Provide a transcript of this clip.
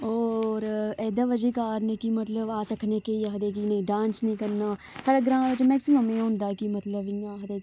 होर एह्दे बजह् कारण कि मतलब अस आखने केई आखदे कि नेईं डांस निं करना साढ़े ग्रांऽ बिच्च मैक्सिमम एह् होंदा कि मतलब इ'यां आखदे कि